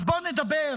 אז בואו נדבר,